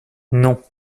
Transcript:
non